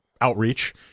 outreach